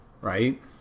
Right